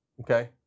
Okay